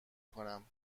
کنم